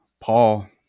Paul